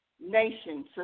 Nation